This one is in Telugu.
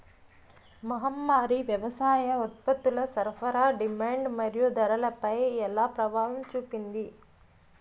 మహమ్మారి వ్యవసాయ ఉత్పత్తుల సరఫరా డిమాండ్ మరియు ధరలపై ఎలా ప్రభావం చూపింది?